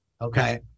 okay